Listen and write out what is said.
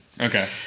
Okay